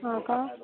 हा का